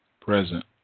present